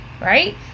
right